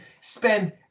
spend